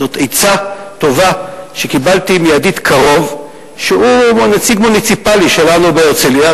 זאת עצה טובה שקיבלתי מידיד קרוב שהוא נציג מוניציפלי שלנו בהרצלייה,